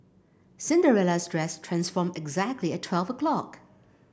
Cinderella's dress transformed exactly at twelve o'clock